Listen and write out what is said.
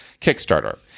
Kickstarter